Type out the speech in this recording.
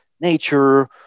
nature